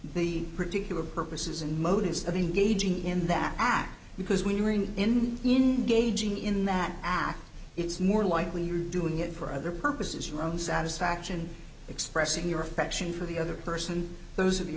the particular purposes and motives of engaging in that act because when you ring in in gauging in that act it's more likely you're doing it for other purposes your own satisfaction expressing your affection for the other person those are the